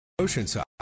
Oceanside